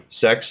sex